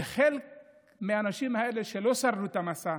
וחלק מהאנשים האלה שלא שרדו את המסע,